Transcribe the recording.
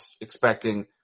expecting